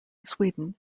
sweden